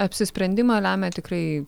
apsisprendimą lemia tikrai